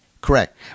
correct